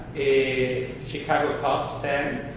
a chicago cubs fan.